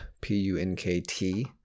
p-u-n-k-t